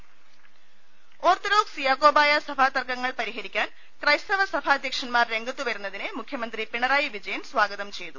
രുട്ടിട്ട്ട്ട്ട്ട്ട്ട ഓർത്തഡോക്സ് യാക്കോബായ സഭാ തർക്കങ്ങൾ പരിഹരിക്കാൻ ക്രൈസ്തവ സഭാധ്യക്ഷന്മാർ രംഗത്തുവരുന്നതിനെ മുഖ്യമന്ത്രി പിണറായി വിജയൻ സ്വാഗതം ചെയ്തു